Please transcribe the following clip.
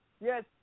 Yes